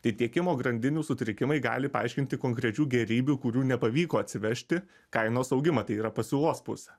tai tiekimo grandinių sutrikimai gali paaiškinti konkrečių gėrybių kurių nepavyko atsivežti kainos augimą tai yra pasiūlos pusę